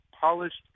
polished